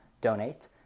donate